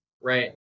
right